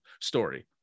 story